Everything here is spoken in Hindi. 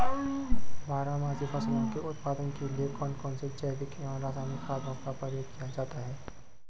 बारहमासी फसलों के उत्पादन के लिए कौन कौन से जैविक एवं रासायनिक खादों का प्रयोग किया जाता है?